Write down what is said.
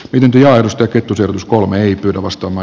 ydinlaitosta kettusen us kolme eri työtä vastaava